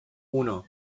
uno